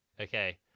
Okay